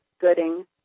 Gooding